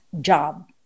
job